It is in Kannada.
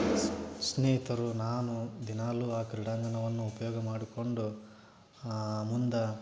ಸ್ನೇಹಿತರು ನಾನು ದಿನಾಲೂ ಆ ಕ್ರೀಡಾಂಗಣವನ್ನು ಉಪಯೋಗ ಮಾಡಿಕೊಂಡು ಮುಂದೆ